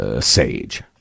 sage